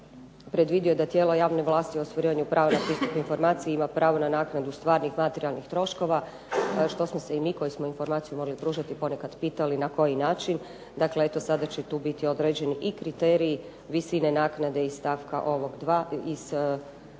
predvidio da tijela javne vlasti u ostvarivanju prava na pristup informaciji ima pravo na naknadu stvarnih materijalnih troškova što smo se i mi koji smo informaciju mogli pružati ponekad pitali na koji način. Dakle eto, sada će tu biti određeni i kriteriji, visine naknade iz stavka 2. ovog članka